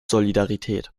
solidarität